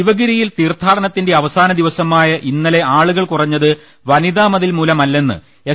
ശിവഗിരിയിൽ തീർത്ഥാടനത്തിന്റെ അവസാന ദിവസമായ ഇന്നലെ ആളുകൾ കുറഞ്ഞത് വനിതാമതിൽ മൂലമല്ലെന്ന് എസ്